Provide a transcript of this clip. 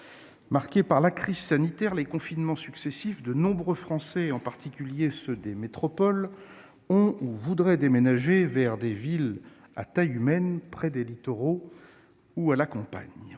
Marqués par la crise sanitaire et les confinements successifs, de nombreux Français, en particulier ceux des métropoles, ont déménagé- ou voudraient le faire -vers des villes à taille humaine, près des littoraux ou à la campagne.